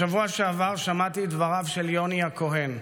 בשבוע שעבר שמעתי את דבריו של יוני הכהן,